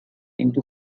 into